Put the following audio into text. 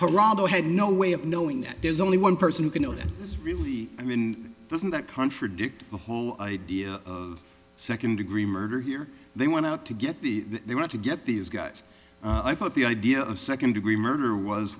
geraldo had no way of knowing that there's only one person who can know that it's really i mean doesn't that contradict the whole idea of second degree murder here they want out to get the they want to get these guys i thought the idea of second degree murder was